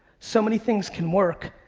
so many things can work,